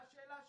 והשאלה שלי,